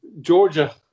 Georgia